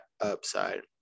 upside